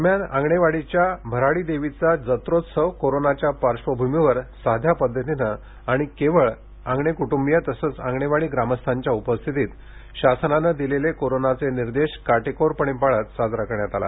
दरम्यान आंगणेवाडीच्या भराडी देवीचा जत्रोत्सव कोरोनाच्या पार्श्वभूमीवर सध्या पद्धतीन आणि केवळ अंगाणे कूटुंबीय तसंच आंगणेवाडी ग्रामस्थांच्या उपस्थितीत शासनाने दिलेले कोरोनाचे निर्देश काटेकोरपणे पाळत हा साजरा करण्यात आला